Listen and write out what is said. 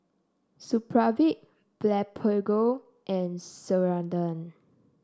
Supravit Blephagel and Ceradan